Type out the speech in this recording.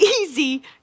easy